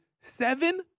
seven